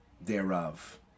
thereof